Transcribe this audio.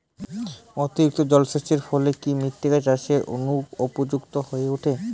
অতিরিক্ত জলসেচের ফলে কি মৃত্তিকা চাষের অনুপযুক্ত হয়ে ওঠে?